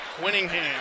Winningham